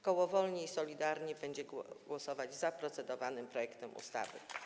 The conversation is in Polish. Koło Wolni i Solidarni będzie głosować za procedowanym projektem ustawy.